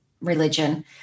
religion